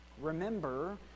remember